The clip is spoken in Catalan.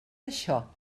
això